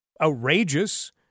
outrageous